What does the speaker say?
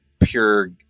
pure